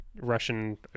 Russian